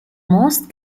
most